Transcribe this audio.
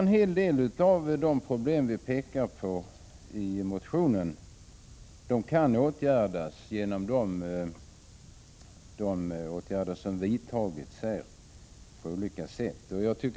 En hel del av de problem som vi pekar på i motionen kan lösas genom de åtgärder som har vidtagits.